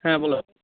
হ্যাঁ বলুন